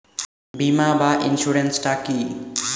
বিমা বা ইন্সুরেন্স টা কি?